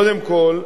קודם כול,